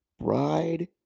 bride